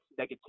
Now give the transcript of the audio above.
negativity